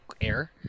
Air